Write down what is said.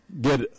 get